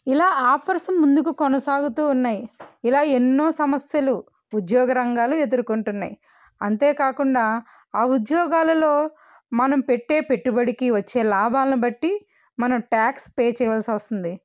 ఇలా ఆఫర్స్ ముందుకు కొనసాగుతూ ఉన్నాయి ఇలా ఎన్నో సమస్యలు ఉద్యోగ రంగాలు ఎదుర్కొంటున్నాయి అంతేకాకుండా ఆ ఉద్యోగాలలో మనం పెట్టే పెట్టుబడికి వచ్చే లాభాలను బట్టి మన టాక్స్ పే చేయవలసి వస్తుంది